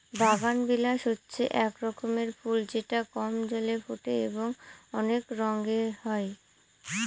বাগানবিলাস হচ্ছে এক রকমের ফুল যেটা কম জলে ফোটে এবং অনেক রঙের হয়